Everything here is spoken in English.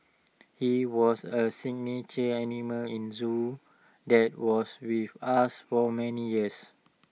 he was A signature animal in Zoo that was with us for many years